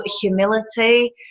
humility